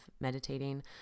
meditating